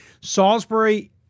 Salisbury